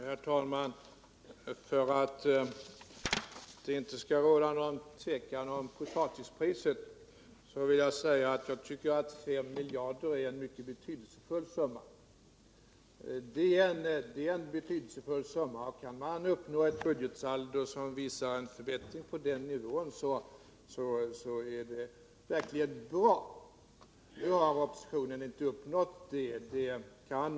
Herr talman! För att det inte skall råda något tvivel om potatispriset vill jag säga att jag tycker att 5 miljarder är en mycket betydelsefull summa. Kan man uppnå ett budgetsaldo som visar en förbättring av den nivån är det verkligen bra. Oppositionen har inte uppnått det.